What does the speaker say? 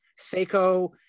Seiko